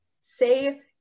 say